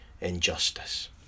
Injustice